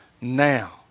now